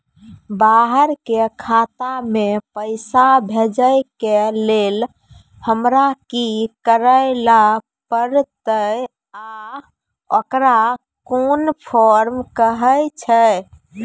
बाहर के खाता मे पैसा भेजै के लेल हमरा की करै ला परतै आ ओकरा कुन फॉर्म कहैय छै?